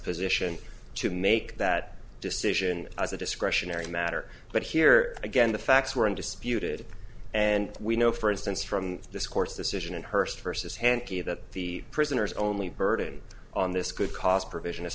position to make that decision as a discretionary matter but here again the facts were in disputed and we know for instance from this court's decision in hurst versus hand that the prisoner's only burden on this could cause a provision is